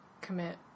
commit